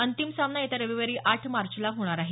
अंतिम सामना येत्या रविवारी आठ मार्चला होणार आहे